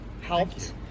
Helped